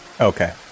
Okay